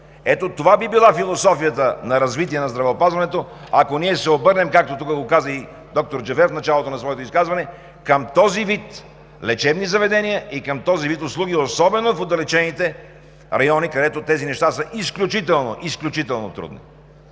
Това би била философията за развитие на здравеопазването, ако ние се обърнем, както каза доктор Джафер в началото на своето изказване, към този вид лечебни заведения и към този вид услуги особено в отдалечените райони, където тези неща са изключително,